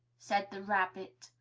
said the rabbit.